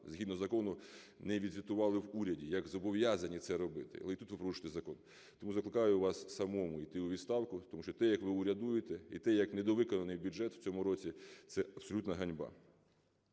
згідно закону не відзвітували в уряді, як зобов'язані це робити, ви і тут порушуєте закон. Тому закликаю вас самому йти у відставку, тому що те, як ви урядуєте, і те, як недовиконаний бюджет в цьому році, – це абсолютна ганьба.